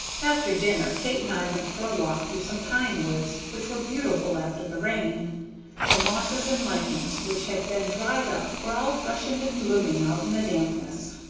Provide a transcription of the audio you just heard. after dinner kate and i went for a walk through some pine woods which were beautiful after the rain the mosses and lichens which had been dried up were all freshened and blooming out in the dampness.